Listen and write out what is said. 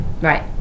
right